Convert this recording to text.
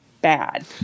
bad